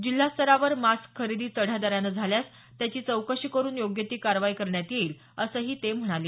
जिल्हा स्तरावर मास्क खरेदी चढ्या दरानं झाल्यास त्याची चौकशी करून योग्य ती कारवाई करण्यात येईल असंही ते म्हणाले